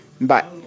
Bye